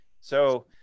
So-